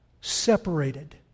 Separated